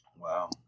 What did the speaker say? Wow